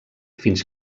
fins